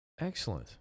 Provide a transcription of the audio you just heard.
excellent